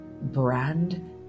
brand